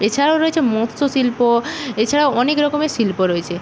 এছাড়াও রয়েছে মৎস্য শিল্প এছাড়াও অনেক রকমের শিল্প রয়েছে